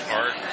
art